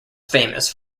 famous